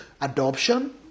adoption